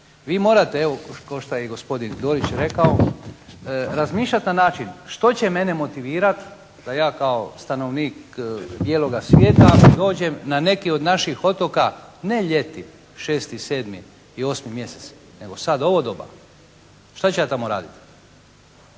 vi morate evo kao što je i gospodin Dorić rekao, razmišljati na način što će mene motivirat da ja kao stanovnik bijeloga svijeta dođem na neki od naših otoka ne ljeti, 6, 7 i 8 mjesec nego sad, ovo doba. Šta ću ja tamo raditi?